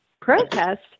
protest